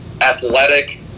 athletic